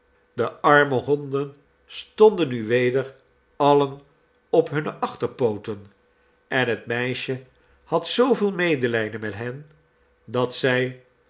de arme honden stonden nu weder alien op hunne achterpooten en het meisje had zooveel medelijden met hen dat zij